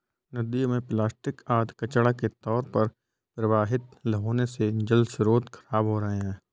नदियों में प्लास्टिक आदि कचड़ा के तौर पर प्रवाहित होने से जलस्रोत खराब हो रहे हैं